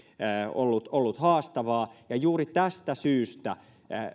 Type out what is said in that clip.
ollut ollut haastavaa ja juuri tästä syystä